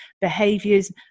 behaviors